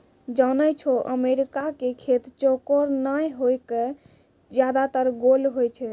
जानै छौ अमेरिका के खेत चौकोर नाय होय कॅ ज्यादातर गोल होय छै